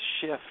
shift